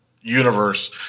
universe